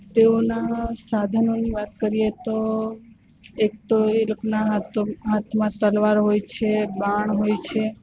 તેઓનાં સાધનોની વાત કરીએ તો એક તો એ લોકોના હાથ તો હાથમાં તલવાર હોય છે બાણ હોય છે